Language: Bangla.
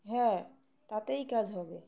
হ্যাঁ তাতেই কাজ হবে